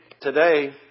today